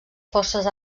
forces